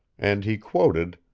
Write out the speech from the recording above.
and he quoted